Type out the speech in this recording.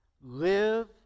Live